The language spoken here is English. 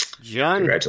John